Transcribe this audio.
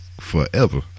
forever